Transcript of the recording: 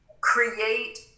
create